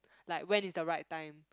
like when is the right time